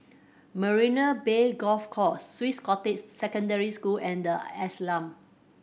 Marina Bay Golf Course Swiss Cottage Secondary School and The Ashram